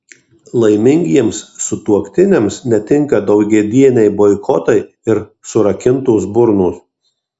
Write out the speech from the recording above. laimingiems sutuoktiniams netinka daugiadieniai boikotai ir surakintos burnos